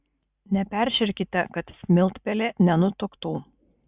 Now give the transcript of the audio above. neperšerkite kad smiltpelė nenutuktų